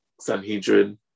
Sanhedrin